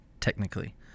technically